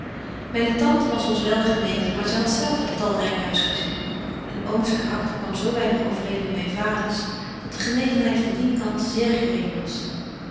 myne tante was ons wel genegen maar zy hadt zelf een talryk huisgezin en ooms karakter kwam zo weinig overeen met myn vaders dat de genegenheid van dien kant zeer gering was